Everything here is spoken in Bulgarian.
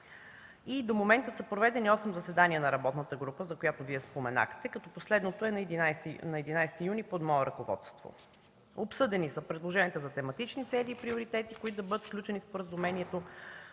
и до момента са проведени 8 заседания на работната група, за която Вие споменахте. Последното е на 11 юни под мое ръководство. Обсъдени са: предложенията за тематични цели и приоритети, които да бъдат включени в споразумението;